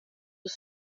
was